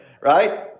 right